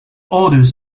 orders